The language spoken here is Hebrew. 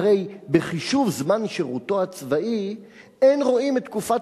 הרי בחישוב זמן שירותו הצבאי אין רואים את תקופת